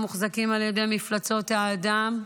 הם מוחזקים על ידי מפלצות האדם,